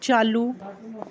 चालू